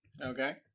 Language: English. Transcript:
Okay